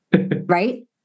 right